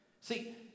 See